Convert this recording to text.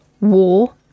War